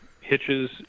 hitches